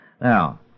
Now